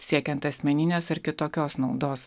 siekiant asmeninės ar kitokios naudos